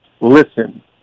Listen